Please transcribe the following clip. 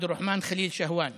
עבדול רחמן ח'ליל שהוואן